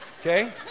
okay